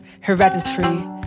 hereditary